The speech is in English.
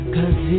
Cause